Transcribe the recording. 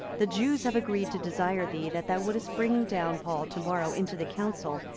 the jews have agreed to desire thee that thou wouldest bring down paul to morrow into the council,